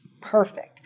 Perfect